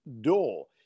door